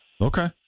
Okay